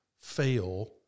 fail